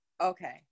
Okay